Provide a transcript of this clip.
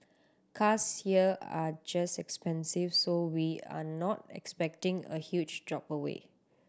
cars here are just expensive so we are not expecting a huge drop away